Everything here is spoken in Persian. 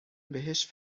بهش